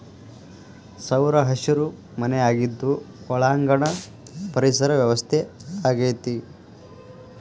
ಸೌರಹಸಿರು ಮನೆ ಆಗಿದ್ದು ಒಳಾಂಗಣ ಪರಿಸರ ವ್ಯವಸ್ಥೆ ಆಗೆತಿ